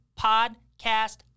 podcast